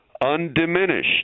undiminished